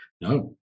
No